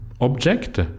object